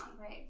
right